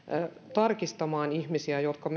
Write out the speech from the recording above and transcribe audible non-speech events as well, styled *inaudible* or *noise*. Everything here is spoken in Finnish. tarkistamaan ihmisiä jotka *unintelligible*